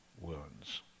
wounds